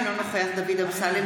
אינו נוכח דוד אמסלם,